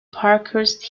parkhurst